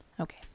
Okay